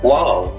Wow